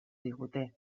digute